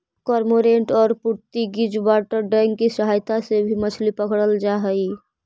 cormorant और Portuguese water dog की सहायता से भी मछली पकड़रल जा हई